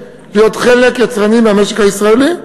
להיות חלק יצרני מהמשק הישראלי,